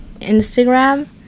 instagram